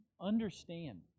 understand